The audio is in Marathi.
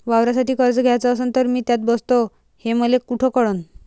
वावरासाठी कर्ज घ्याचं असन तर मी त्यात बसतो हे मले कुठ कळन?